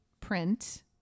print